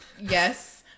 yes